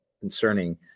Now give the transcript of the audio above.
concerning